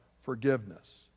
forgiveness